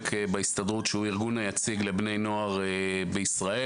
בהסתדרות שהוא הארגון היציג לבני נוער בישראל.